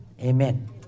Amen